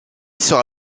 sera